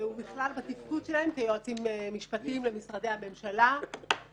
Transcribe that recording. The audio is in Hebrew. ובכלל בתפקוד שלהם כיועצים משפטיים למשרדי הממשלה.